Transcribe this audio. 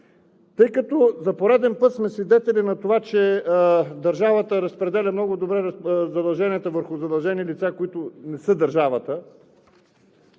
уточнено. За пореден път сме свидетели на това, че държавата разпределя много добре задълженията върху задължени лица, които не са държавата,